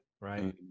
Right